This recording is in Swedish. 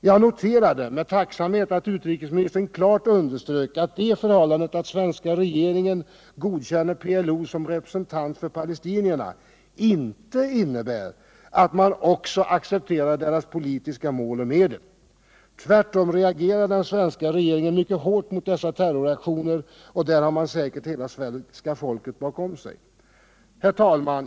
Jag noterade med tacksamhet att utrikesministern klart underströk att det förhållandet att den svenska regeringen godkänner PLO som representant för palestinierna inte innebär att man också accepterar dess politiska mål och medel. Tvärtom reagerar den svenska regeringen mycket hårt mot dessa terroraktioner, och där har man säkert hela svenska folket bakom sig. Herr talman!